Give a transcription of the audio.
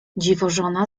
dziwożona